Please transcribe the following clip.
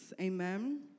Amen